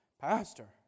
pastor